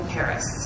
Paris